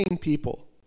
people